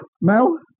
Mel